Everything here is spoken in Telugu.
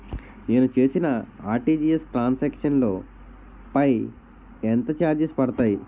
నేను చేసిన ఆర్.టి.జి.ఎస్ ట్రాన్ సాంక్షన్ లో పై ఎంత చార్జెస్ పడతాయి?